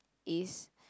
is